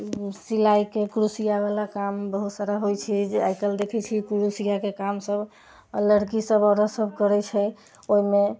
सिलाइके क्रुशियाबाला काम बहुत सारा होइत छै जे आइ काल्हि देखैत छियै क्रुशियाके काम सभ लड़की सभ औरत सभ करैत छै ओहिमे